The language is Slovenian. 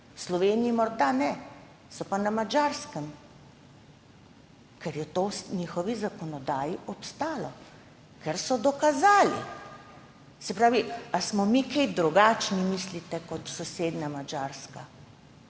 Sloveniji morda ne, so pa na Madžarskem, ker je to v njihovi zakonodaji obstalo, ker so dokazali. Ali mislite, da smo mi kaj drugačni kot sosednja Madžarska?